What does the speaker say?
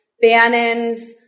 Bannon's